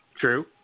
True